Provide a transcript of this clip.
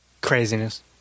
Craziness